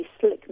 slick